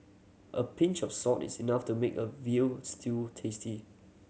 a pinch of salt is enough to make a veal stew tasty